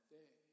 day